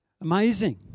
Amazing